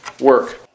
work